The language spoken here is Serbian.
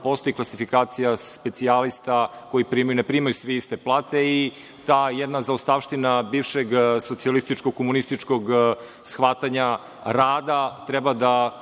postoji klasifikacija specijalista koji primaju. Ne primaju svi iste plate i ta jedna zaostavština bivšeg socijalističkog komunističkog shvatanja rada treba da